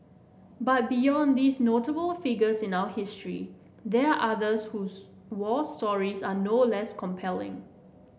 but beyond these notable figures in our history there are others whose war stories are no less compelling